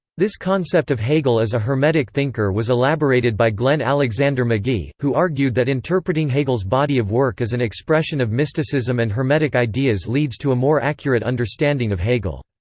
this concept of hegel as a hermetic thinker was elaborated by glenn alexander alexander magee, who argued that interpreting hegel's body of work as an expression of mysticism and hermetic ideas leads to a more accurate understanding of hegel.